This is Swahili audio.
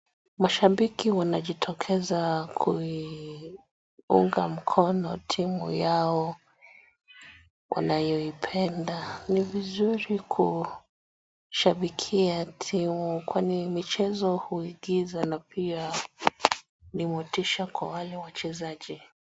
Mashabiki wanajitokeza kuiunga mkono timu yao wanayoipenda. Ni vizuri kushabikia timu kwani michezo uigiza na pia ni motisha kwa wale wachezaji.